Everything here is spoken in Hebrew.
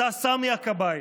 אתה סמי הכבאי,